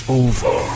over